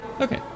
Okay